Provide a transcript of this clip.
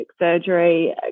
surgery